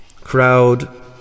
Crowd